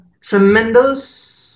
tremendous